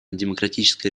демократическая